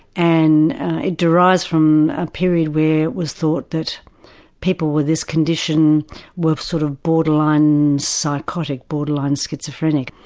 and it derives from a period where it was thought that people with this condition were sort of borderline psychotic, borderline schizophrenic.